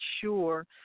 sure